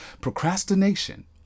procrastination